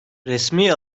resmi